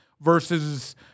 versus